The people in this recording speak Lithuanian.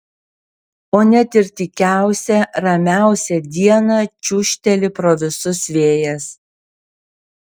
o net ir tykiausią ramiausią dieną čiūžteli pro visus vėjas